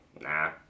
Nah